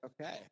Okay